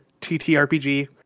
TTRPG